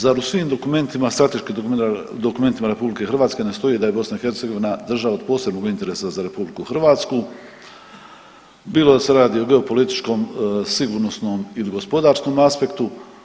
Zar u svim dokumentima strateškim dokumentima RH ne stoji da je BiH država od posebnog interesa za RH bilo da se radi o geopolitičkom, sigurnosnom ili gospodarskom aspektu.